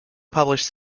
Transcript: published